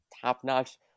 top-notch